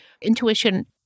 intuition